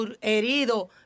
herido